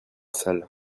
salle